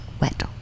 wet